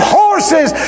horses